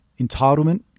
entitlement